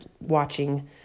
watching